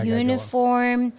uniform